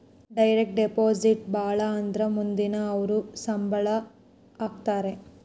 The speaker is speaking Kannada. ಡೈರೆಕ್ಟ್ ಡೆಪಾಸಿಟ್ ಭಾಳ ಅಂದ್ರ ಮಂದಿಗೆ ಅವ್ರ ಸಂಬ್ಳ ಹಾಕತರೆ